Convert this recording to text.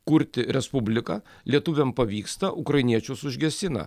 kurti respubliką lietuviam pavyksta ukrainiečius užgesina